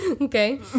okay